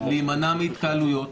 להימנע מהתקהלויות,